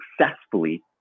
successfully